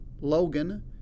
Logan